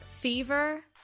Fever